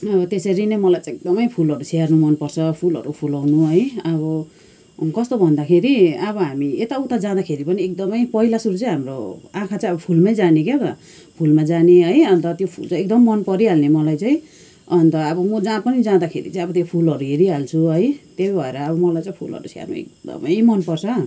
त्यसरी नै मलाई चाहिँ एकदमै फुलहरू स्याहार्नु मनपर्छ फुलहरू फुलाउनु है अब कस्तो भन्दाखेरि अब हामी यता उता जाँदाखेरि पनि एकदमै पहिला सुरु चाहिँ हाम्रो आँखा चाहिँ अब फुलमै जाने क्या त फुलमा जाने है अन्त त्यो फुल चाहिँ एकदम मनपरी हाल्ने मलाई चाहिँ अन्त अब म जहाँ पनि जाँदाखेरि चाहिँ त्यो फुलहरू हेरिहाल्छु है त्यही भएर अब मलाई चाहिँ फुलहरू स्याहार्नु एकदमै मनपर्छ